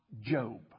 Job